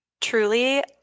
Truly